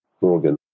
Morgan